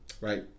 right